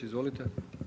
Izvolite.